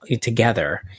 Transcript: together